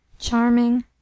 charming